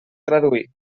traduir